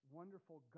wonderful